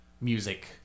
music